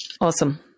Awesome